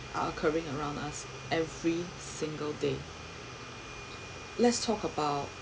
are occurring around us every single day let's talk about